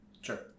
Sure